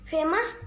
Famous